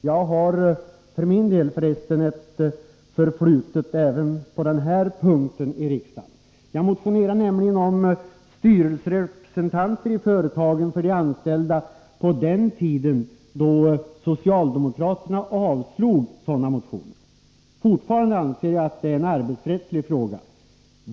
Jag har för resten för min del även på den punkten ett förflutet i riksdagen. Jag motionerade nämligen om styrelserepresentanter för de anställda i företag på den tiden då socialdemokraterna avslog sådana motioner. Fortfarande anser jag att det är en arbetsrättslig fråga.